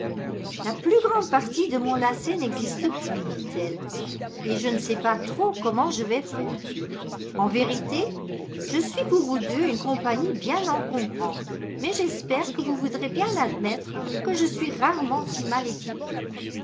la plus grande partie de mon lacet n'existe plus dit-elle et je ne sais pas trop comment je vais faire en vérité je suis pour vous deux une compagnie bien encombrante mais j'espère que vous voudrez bien admettre que je suis rarement si mal équipée